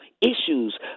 issues